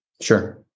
Sure